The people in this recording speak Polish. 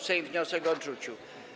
Sejm wniosek odrzucił.